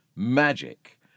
Magic